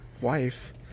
wife